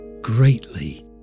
greatly